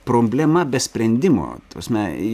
problema be sprendimo ta prasme